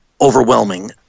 overwhelming